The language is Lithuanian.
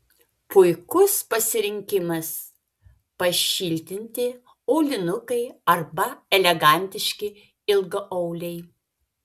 puikus pasirinkimas pašiltinti aulinukai arba elegantiški ilgaauliai